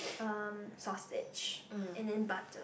um sausage and then butter